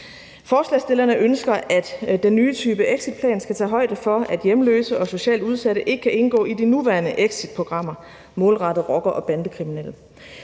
Forslagsstillerne ønsker, at den nye type exitplan skal tage højde for, at hjemløse og socialt udsatte ikke kan indgå i de nuværende exitprogrammer målrettet rockere og bandekriminelle.